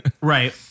Right